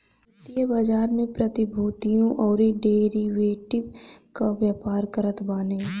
वित्तीय बाजार में प्रतिभूतियों अउरी डेरिवेटिव कअ व्यापार करत बाने